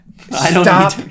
Stop